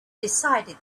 decided